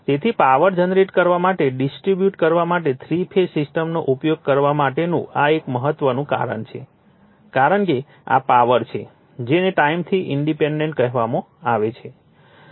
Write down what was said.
તેથી power generate કરવા અને ડિસ્ટ્રીબ્યુટ કરવા માટે થ્રી ફેઝ સિસ્ટમનો ઉપયોગ કરવા માટેનું આ એક મહત્વનું કારણ છે કારણ કે આ પાવર છે જેને ટાઈમથી ઇંડિપેંડેન્ટ કહેવામાં આવે છે